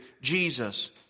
Jesus